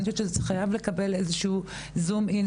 זה חייב לקבל זום אין,